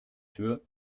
tür